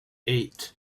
eight